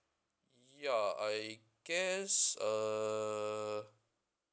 ya I guess err